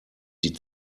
die